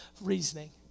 reasoning